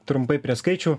trumpai prie skaičių